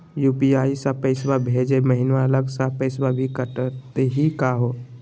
UPI स पैसवा भेजै महिना अलग स पैसवा भी कटतही का हो?